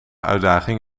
uitdaging